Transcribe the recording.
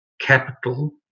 capital